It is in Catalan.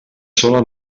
sola